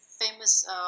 famous